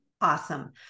Awesome